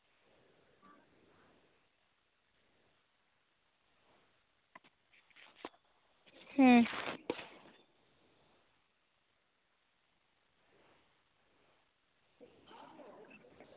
ᱦᱩᱸ